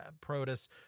Protus